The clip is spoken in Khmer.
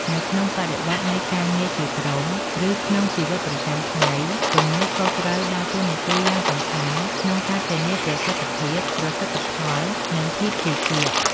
នៅក្នុងបរិបទនៃការងារជាក្រុម ឬក្នុងជីវិតប្រចាំថ្ងៃ ទំនួលខុសដើរតួនាទីយ៉ាងសំខាន់ក្នុងការធានាប្រសិទ្ធភាព ប្រសិទ្ធផល និងភាពជឿជាក់។